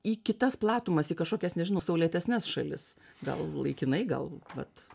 į kitas platumas į kažkokias nežinau saulėtesnes šalis gal laikinai gal vat